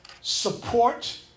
support